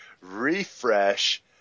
refresh